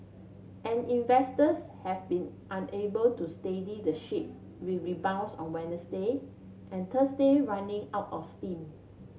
and investors have been unable to steady the ship with rebounds on Wednesday and Thursday running out of steam